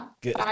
Good